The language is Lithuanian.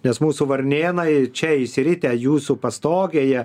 nes mūsų varnėnai čia išsiritę jūsų pastogėje